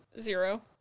Zero